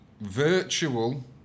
virtual